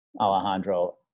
alejandro